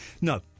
No